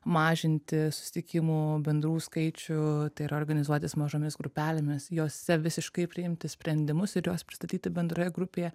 mažinti susitikimų bendrų skaičių tai yra organizuotis mažomis grupelėmis jose visiškai priimti sprendimus ir juos pristatyti bendroje grupėje